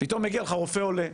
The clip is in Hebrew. פתאום מגיע אליך רופא עולה.